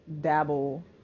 dabble